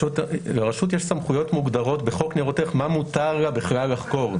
לרשות יש סמכויות מוגדרות בחוק ניירות ערך מה מותר לך בכלל לחקור.